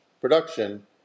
production